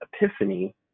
epiphany